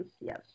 Yes